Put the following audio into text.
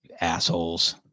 Assholes